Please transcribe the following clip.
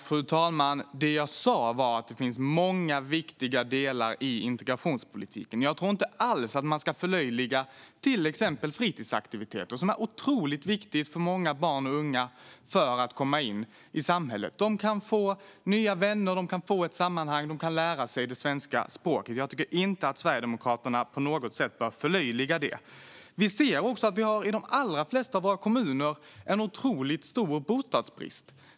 Fru talman! Det jag sa var att det finns många viktiga delar i integrationspolitiken. Jag tror inte alls att man ska förlöjliga till exempel fritidsaktiviteter, som är otroligt viktiga för många barn och unga för att komma in i samhället. De kan få nya vänner, få ett sammanhang och lära sig svenska språket. Jag tycker inte att Sverigedemokraterna på något sätt bör förlöjliga det. Vi ser också att det i de allra flesta kommuner är en otroligt stor bostadsbrist.